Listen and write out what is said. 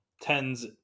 Tens